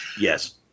yes